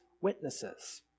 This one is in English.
witnesses